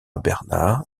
bernard